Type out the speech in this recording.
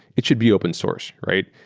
it should be open source, rate?